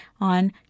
on